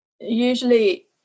Usually